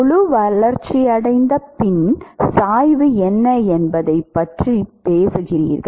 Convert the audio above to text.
முழு வளர்ச்சியடைந்த பின் சாய்வு என்ன என்பதைப் பற்றி பேசுகிறீர்கள்